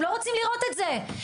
הם לא רוצים לראות את זה,